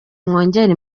mwongere